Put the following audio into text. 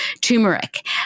turmeric